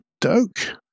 Doke